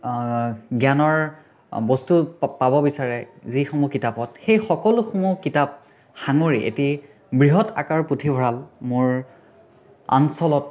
জ্ঞানৰ বস্তু পাব বিচাৰে যিসমূহ কিতাপত সেই সকলোসমূহ কিতাপ সামৰি এটি বৃহৎ আকাৰ পুথিভঁৰাল মোৰ অঞ্চলত